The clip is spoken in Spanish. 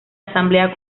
asamblea